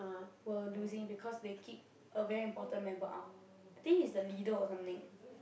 were losing because they kick a very important member out I think he's the leader or something